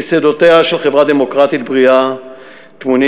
יסודותיה של חברה דמוקרטית בריאה טמונים